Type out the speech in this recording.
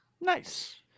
Nice